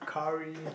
curry